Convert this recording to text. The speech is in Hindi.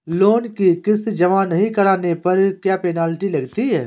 लोंन की किश्त जमा नहीं कराने पर क्या पेनल्टी लगती है?